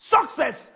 Success